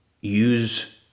use